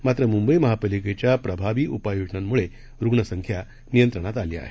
मात्रमुंबईमहापालिकेच्याप्रभावीउपाययोजनांमुळेरुग्णसंख्यानियंत्रणातआलीआहे